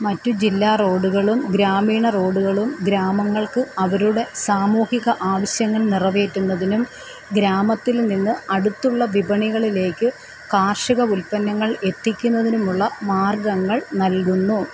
മറ്റ് ജില്ലാറോഡുകളും ഗ്രാമീണറോഡുകളും ഗ്രാമങ്ങൾക്ക് അവരുടെ സാമൂഹിക ആവശ്യങ്ങൾ നിറവേറ്റുന്നതിനും ഗ്രാമത്തിൽ നിന്ന് അടുത്തുള്ള വിപണികളിലേക്ക് കാർഷിക ഉൽപ്പന്നങ്ങൾ എത്തിക്കുന്നതിനുമുള്ള മാർഗ്ഗങ്ങൾ നൽകുന്നു